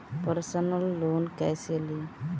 Personal loan कैसे ली?